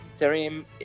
Terim